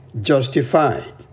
justified